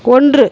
ஒன்று